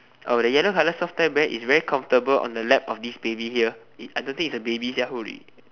oh the yellow colour soft toy bear is very comfortable on the lap of this baby here I don't think it's a baby sia holy